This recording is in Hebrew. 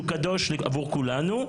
שהוא קדוש עבור כולנו,